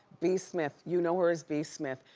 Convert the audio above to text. b. smith, you know her as b. smith.